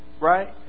right